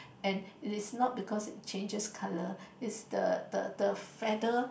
and it is not because it changes colour is the the the feather